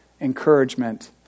encouragement